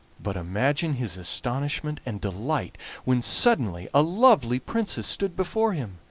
but imagine his astonishment and delight when suddenly a lovely princess stood before him,